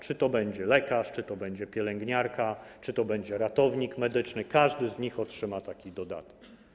Czy to będzie lekarz, czy to będzie pielęgniarka, czy to będzie ratownik medyczny, każde z nich otrzyma taki dodatek.